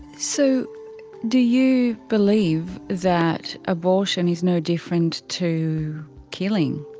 so do you believe that abortion is no different to killing?